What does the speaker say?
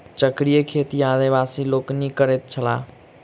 चक्रीय खेती आदिवासी लोकनि करैत छलाह